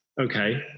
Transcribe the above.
Okay